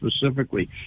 specifically